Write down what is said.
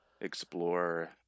explore